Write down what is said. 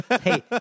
Hey